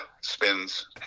spins